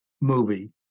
movie